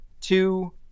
two